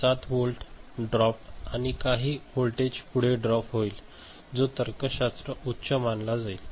7 voltage drop आणि काही voltage पुढे ड्रॉप होईल जो तर्कशास्त्र उच्च मानला जाईल